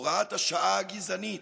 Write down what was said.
הוראת השעה הגזענית,